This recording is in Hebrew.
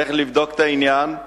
צריך לבדוק את העניין,